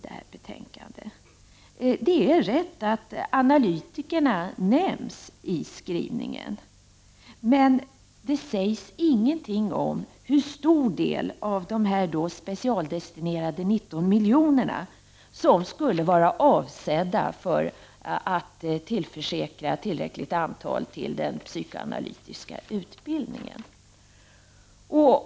Det stämmer att analytikerna nämns i skrivningen, men det sägs ingenting om hur stor del av de här specialdestinerade 19 miljonerna som skulle vara avsedda för att se till att man får tillräckligt antal till den psykoanalytiska utbildningen.